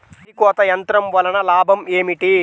వరి కోత యంత్రం వలన లాభం ఏమిటి?